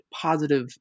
positive